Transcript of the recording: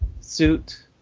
suit